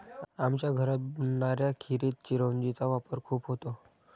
आमच्या घरात बनणाऱ्या खिरीत चिरौंजी चा वापर खूप होतो